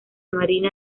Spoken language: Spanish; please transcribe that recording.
marina